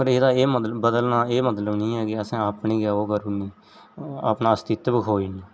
पर एह्दा एह् मतलब बदलना एह् मतलब निं ऐ कि असें अपनी गै ओह् करू नी अपना अस्तित्व खोई ना